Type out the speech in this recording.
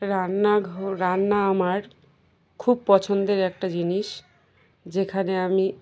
রান্নাঘর রান্না আমার খুব পছন্দের একটা জিনিস যেখানে আমি